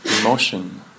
emotion